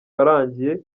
arangiye